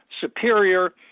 superior